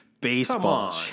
Baseball